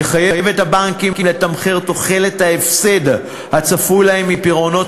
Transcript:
יחייב את הבנקים לתמחר את תוחלת ההפסד הצפוי להם מפירעונות